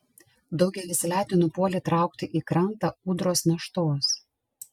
daugelis letenų puolė traukti į krantą ūdros naštos